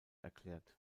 erklärt